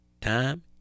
time